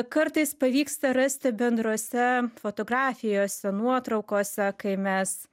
kartais pavyksta rasti bendrose fotografijose nuotraukose kai mes